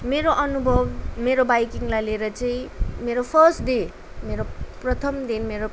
मेरो अनुभव मेरो बाइकिङलाई लिएर चाहिँ मेरो फर्स्ट डे मेरो प्रथम दिन मेरो